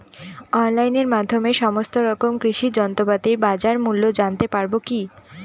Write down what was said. অনলাইনের মাধ্যমে সমস্ত রকম কৃষি যন্ত্রপাতির বাজার মূল্য জানতে পারবো কি?